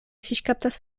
fiŝkaptas